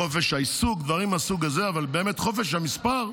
חופש העיסוק, דברים מהסוג הזה, אבל חופש המספר?